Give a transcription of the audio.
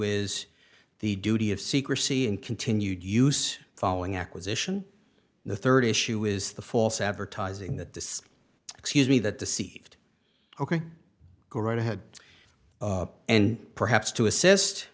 is the duty of secrecy in continued use following acquisition the rd issue is the false advertising that the excuse me that the c ok go right ahead and perhaps to assist